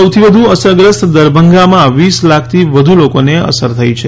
સૌથી વધુ અસરગ્રસ્ત દરભંગામાં વીસ લાખથી વધુ લોકોને અસર થઈ છે